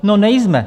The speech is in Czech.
No, nejsme.